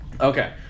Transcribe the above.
Okay